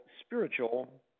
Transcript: spiritual